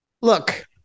look